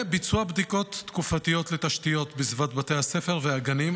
וביצוע בדיקות תקופתיות לתשתיות בסביבת בתי הספר והגנים,